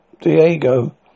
Diego